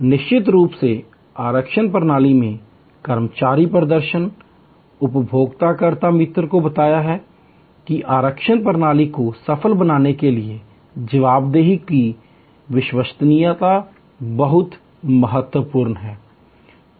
निश्चित रूप से आरक्षण प्रणाली में कर्मचारी प्रदर्शन उपयोगकर्ता मित्र को बताता है कि आरक्षण प्रणाली को सफल बनाने के लिए जवाबदेही की विश्वसनीयता बहुत महत्वपूर्ण है